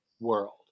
world